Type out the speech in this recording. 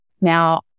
Now